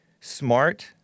smart